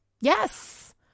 yes